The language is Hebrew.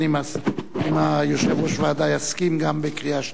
אני מזמין את יושב-ראש ועדת העבודה, הרווחה,